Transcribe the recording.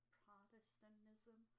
protestantism